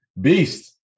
beast